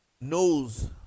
knows